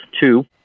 two